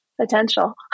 potential